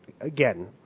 Again